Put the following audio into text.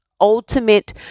ultimate